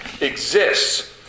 exists